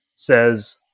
says